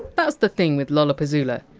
that! s the thing with lollapuzzoola.